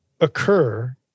occur